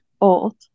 old